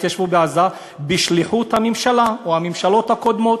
התיישבו בעזה בשליחות הממשלה או הממשלות הקודמות.